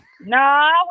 No